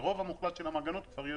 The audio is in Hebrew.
ברוב המוחלט של המעגנות היא כבר קיימת,